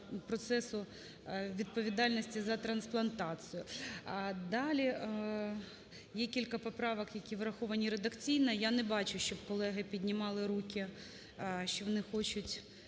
процесу відповідальності за трансплантацію. Далі є кілька поправок, які враховані редакційно. Я не бачу, щоб колеги піднімали руки, що вони хочуть